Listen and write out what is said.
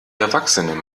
erwachsenen